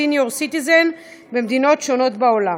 senior citizen במדינות שונות בעולם.